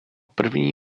první